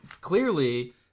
Clearly